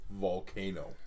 Volcano